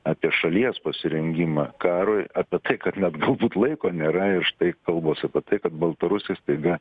apie šalies pasirengimą karui apie tai kad net galbūt laiko nėra ir štai kalbos apie tai kad baltarusija staiga